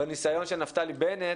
בניסיון של נפתלי בנט